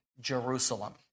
Jerusalem